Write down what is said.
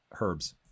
herbs